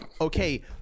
okay